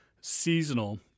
seasonal